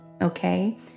Okay